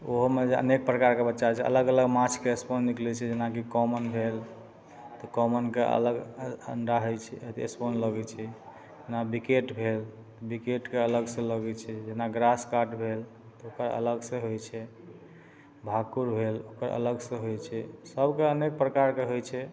ओहोमे अनेक प्रकारके बच्चा होइ छै अलग अलग माछके स्पॉज निकलय छै जेनाकि कॉमन भेल तऽ कॉमनके अलग अण्डा होइ छै अथि स्पॉज लगय छै जेना बिकेट भेल बिकेटके अलगसँ लगय छै जेना ग्रास काट भेल तऽ ओकर अलगसँ होइ छै भाकुर भेल ओकर अलगसँ होइ छै सभके अनेक प्रकारके होइ छै